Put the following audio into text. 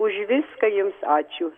už viską jums ačiū